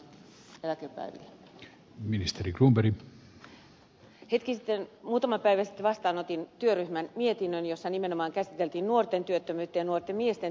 hetki sitten muutama päivä sitten vastaanotin työryhmän mietinnön jossa nimenomaan käsiteltiin nuorten työttömyyttä ja nuorten miesten työttömyyttä